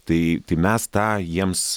tai tai mes tą jiems